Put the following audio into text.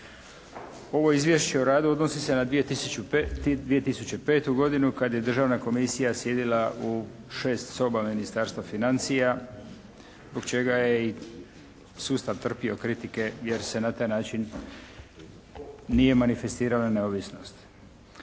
Ovo Izvješće o radu odnosi se na 2005. godinu kad je Državna komisija sjedila u 6 soba Ministarstva financija zbog čega je i sustav trpio kritike jer se na taj način nije manifestirala neovisnost.